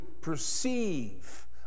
perceive